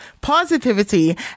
positivity